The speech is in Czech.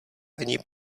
ani